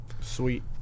sweet